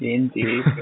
Indeed